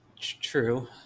True